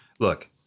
Look